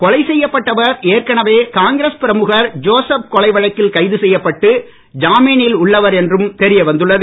கொலை செய்யப்பட்டவர் ஏற்கனவே காங்கிரஸ் பிரமுகர் ஜோசப் கொலை வழக்கில் கைதுசெய்யப் பட்டு ஜாமீனில் உள்ளவர் என்றும் தெரியவந்துள்ளது